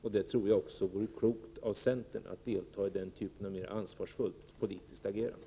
Jag tror också att det vore klokt av centern att delta i den typen av mer ansvarsfullt politiskt agerande.